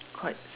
quite